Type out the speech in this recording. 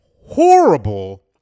horrible